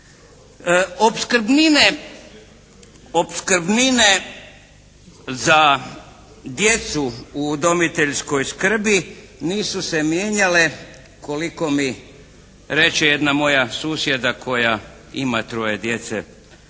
Opskrbnine za djecu u udomiteljskoj skrbi nisu se mijenjale koliko mi reče jedna moja susjeda koja ima troje djece